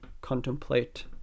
contemplate